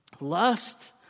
lust